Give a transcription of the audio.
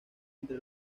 entre